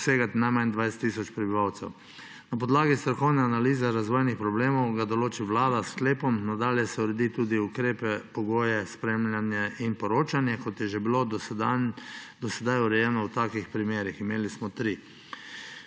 obsegati najmanj 20 tisoč prebivalcev. Na podlagi strokovne analize razvojnih problemov ga določi Vlada s sklepom, nadalje se uredi tudi ukrepe, pogoje, spremljanje in poročanje, kot je že bilo do sedaj urejeno v takih primerih, imeli smo tri.